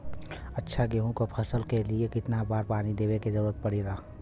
अच्छा गेहूँ क फसल के लिए कितना बार पानी देवे क जरूरत पड़ेला?